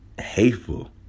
hateful